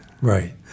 Right